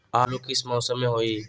आलू किस मौसम में होई?